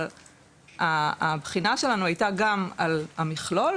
אבל הבחינה שלנו הייתה גם על המכלול,